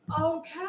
Okay